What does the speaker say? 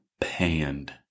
panned